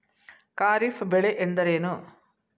ಖಾರಿಫ್ ಬೆಳೆ ಎಂದರೇನು?